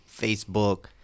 facebook